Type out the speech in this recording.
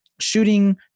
shooting